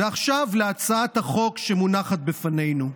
ועכשיו להצעת החוק שמונחת בפנינו.